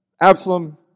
Absalom